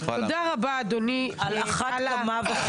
תודה רבה אדוני על ההבהרה.